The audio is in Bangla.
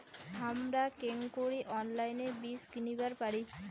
হামরা কেঙকরি অনলাইনে বীজ কিনিবার পারি?